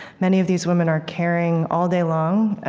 many of these women are caring all day long,